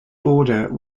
border